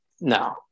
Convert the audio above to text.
No